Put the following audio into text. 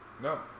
No